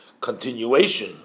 continuation